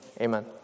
amen